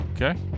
Okay